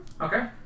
Okay